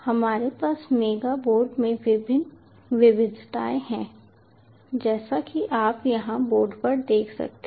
हमारे पास mega board में विभिन्न विविधताएं हैं जैसा कि आप यहां बोर्ड पर देख सकते हैं